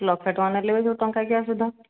ଲକ୍ଷେ ଟଙ୍କା ନେଲେ ବି ସେଇ ଟଙ୍କାକିଆ ସୁଧ